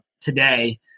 today –